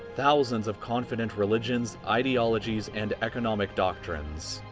thousands of confident religions, ideologies, and economic doctrines.